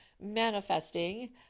manifesting